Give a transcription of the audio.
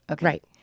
Right